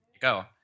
Go